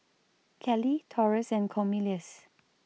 Cali Taurus and Cornelious